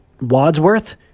Wadsworth